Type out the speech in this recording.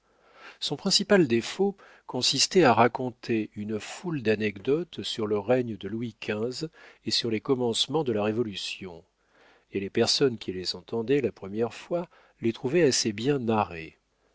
son principal défaut consistait à raconter une foule d'anecdotes sur le règne de louis xv et sur les commencements de la révolution et les personnes qui les entendaient la première fois les trouvaient assez bien narrées